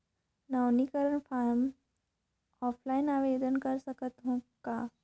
नवीनीकरण form offline आवेदन कर सकत हो कौन?